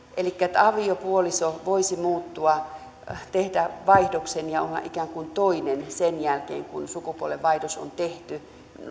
elikkä että aviopuoliso voisi muuttua tehdä vaihdoksen ja olla ikään kuin toinen sen jälkeen kun sukupuolenvaihdos on tehty